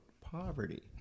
poverty